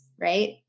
right